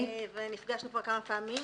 נפגשנו כבר כמה פעמים,